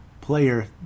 player